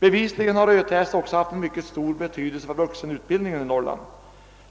Bevisligen har ÖTS också haft mycket stor betydelse för vuxenutbildningen i Norrland.